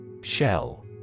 Shell